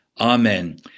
Amen